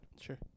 Sure